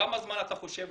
כמה זמן לדעתך,